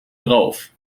drauf